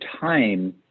time